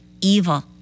evil